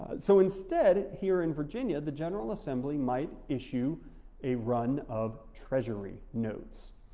so instead, here in virginia, the general assembly might issue a run of treasury notes.